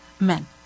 men